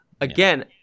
again